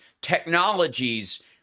technologies